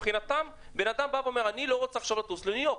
מבחינתן אדם אומר: אני לא רוצה עכשיו לטוס לניו-יורק,